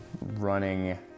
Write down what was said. running